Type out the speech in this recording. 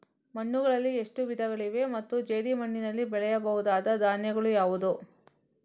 ಮಣ್ಣುಗಳಲ್ಲಿ ಎಷ್ಟು ವಿಧಗಳಿವೆ ಮತ್ತು ಜೇಡಿಮಣ್ಣಿನಲ್ಲಿ ಬೆಳೆಯಬಹುದಾದ ಧಾನ್ಯಗಳು ಯಾವುದು?